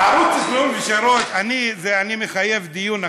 ערוץ 33, זה מחייב דיון אחר,